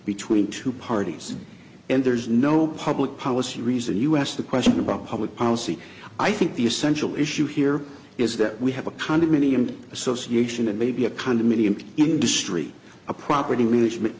between two parties and there is no public policy reason us the question about public policy i think the essential issue here is that we have a condominium association and maybe a condominium industry a property management